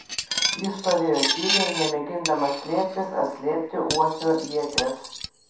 jis stovėjo tyliai nemėgindamas slėptis ar slėpti uosio ieties